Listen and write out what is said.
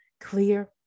clear